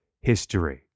history